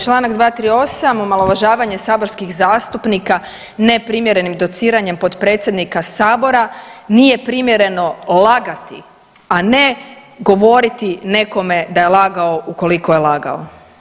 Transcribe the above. Čl. 238. omalovažavanje saborskih zastupnika, ne primjerenim dociranjem potpredsjednika Sabora, nije primjereno lagati, a ne govoriti nekome da je lagao ukoliko je lagao.